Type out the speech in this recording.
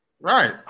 Right